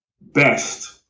best